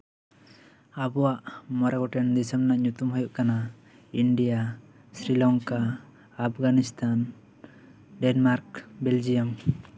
ᱟᱵᱚᱣᱟᱜ ᱢᱚᱬᱮ ᱜᱮᱴᱮᱱ ᱫᱤᱥᱚᱢ ᱨᱮᱭᱟᱜ ᱧᱩᱛᱩᱢ ᱫᱚ ᱦᱩᱭᱩᱜ ᱠᱟᱱᱟ ᱤᱱᱰᱤᱭᱟ ᱥᱨᱤᱞᱚᱝᱠᱟ ᱟᱵᱷᱜᱟᱱᱤᱥᱛᱷᱟᱱ ᱰᱮᱱᱢᱟᱨᱠ ᱵᱮᱞᱡᱤᱭᱟᱢ